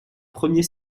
premier